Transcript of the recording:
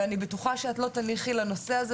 ואני בטוחה שאת לא תניחי לו ושתילחמי,